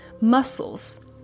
Muscles